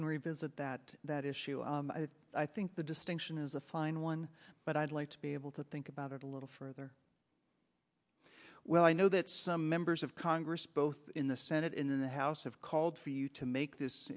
can revisit that at that issue i think the distinction is a fine one but i'd like to be able to think about it a little further well i know that some members of congress both in the senate in the house have called for you to make this